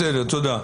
בסדר, תודה.